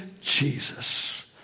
Jesus